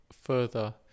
further